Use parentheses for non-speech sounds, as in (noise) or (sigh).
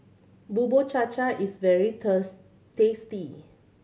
Bubur Cha Cha is very (unintelligible) tasty